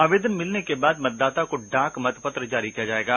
आवेदन मिलने के बाद मतदाता को डाक मतपत्र जारी किया जाएगा